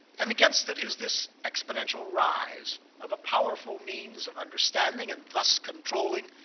and against it is this exponential rise of a powerful means of understanding, and thus controlling,